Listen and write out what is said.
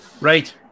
Right